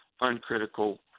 uncritical